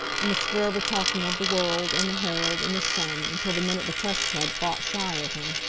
and was forever talking of the world, and the herald, and the sun, until the men at the press club fought shy of him.